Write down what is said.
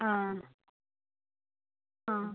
ആ ആ